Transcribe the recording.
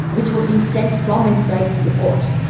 which were being sent from inside to the courts,